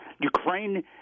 Ukraine